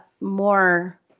more